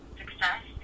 success